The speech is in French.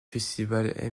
festival